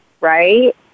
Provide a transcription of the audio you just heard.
right